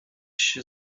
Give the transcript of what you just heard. się